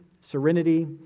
serenity